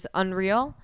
unreal